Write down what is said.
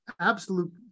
absolute